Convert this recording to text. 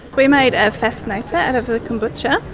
we made a fascinator out of the kombucha,